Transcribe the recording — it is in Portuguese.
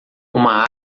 uma